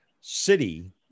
city